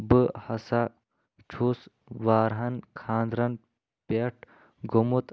بہٕ ہسا چھُس واراہَن خانٛدرَن پٮ۪ٹھ گوٚمُت